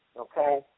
okay